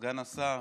סגן השר,